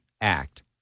Act